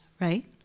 right